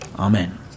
Amen